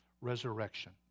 resurrection